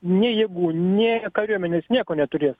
nei jėgų nei kariuomenės nieko neturiės